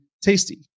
tasty